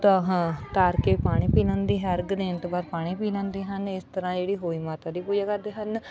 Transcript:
ਤਹਾ ਉਤਾਰ ਕੇ ਪਾਣੀ ਪੀ ਲੈਂਦੀ ਅਰਗ ਦੇਣ ਤੋਂ ਬਾਅਦ ਪਾਣੀ ਪੀ ਲੈਂਦੇ ਹਨ ਇਸ ਤਰ੍ਹਾਂ ਜਿਹੜੀ ਹੋਈ ਮਾਤਾ ਦੀ ਪੂਜਾ ਕਰਦੇ ਹਨ